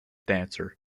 dancer